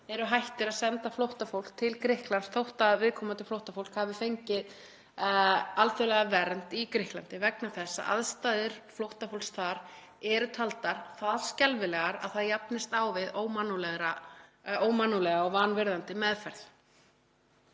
eru hættir að senda flóttafólk til Grikklands þótt viðkomandi flóttafólk hafi fengið alþjóðlega vernd í Grikklandi. Aðstæður flóttafólks þar eru taldar það skelfilegar að það jafnist á við ómannúðlega og vanvirðandi meðferð.